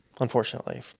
Unfortunately